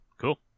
Cool